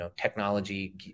technology